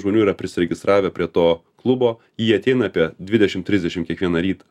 žmonių yra prisiregistravę prie to klubo jie ateina apie dvidešim trisdešim kiekvieną rytą